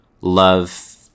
love